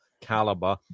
caliber